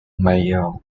mayor